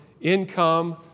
income